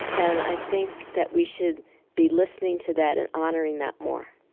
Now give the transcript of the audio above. and i think that we should be listening to that and honoring that more